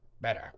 Better